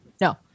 No